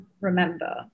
remember